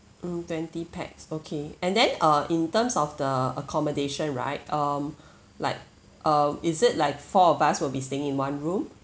mm twenty pax okay and then uh in terms of the accommodation right um like uh is it like four of us will be staying in one room